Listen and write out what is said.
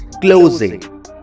closing